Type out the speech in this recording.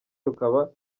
rukaba